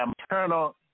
maternal